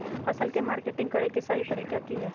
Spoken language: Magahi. फसल के मार्केटिंग करें कि सही तरीका की हय?